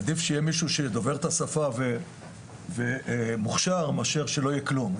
עדיף שיהיה מישהו שדובר את השפה והוכשר מאשר שלא יהיה כלום.